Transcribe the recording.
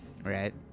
Right